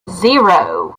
zero